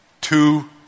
Two